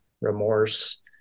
remorse